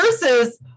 versus